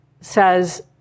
says